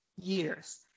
years